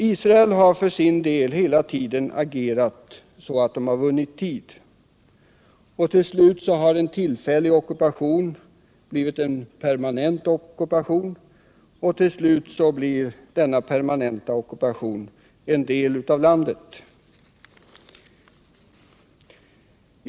Israel har för sin del hela tiden agerat så att man har vunnit tid. En tillfällig ockupation har så småningom blivit en permanent ockupation, och till slut blir detta permanent ockuperade område en del av landet.